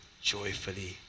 joyfully